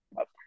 up